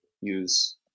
use